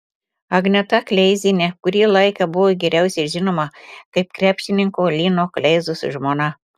agneta kleizienė kurį laiką buvo geriausiai žinoma kaip krepšininko lino kleizos žmona